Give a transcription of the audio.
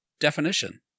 definition